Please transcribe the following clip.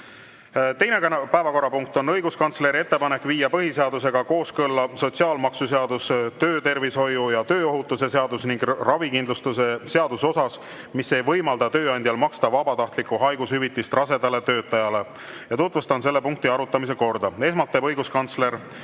Teine päevakorrapunkt on õiguskantsleri ettepanek viia põhiseadusega kooskõlla sotsiaalmaksuseadus, töötervishoiu ja tööohutuse seadus ning ravikindlustuse seadus osas, mis ei võimalda tööandjal maksta vabatahtlikku haigushüvitist rasedale töötajale. Tutvustan selle punkti arutamise korda. Esmalt teeb [ettekande]